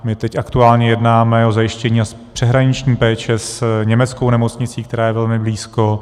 My teď aktuálně jednáme o zajištění přeshraniční péče s německou nemocnicí, která je velmi blízko.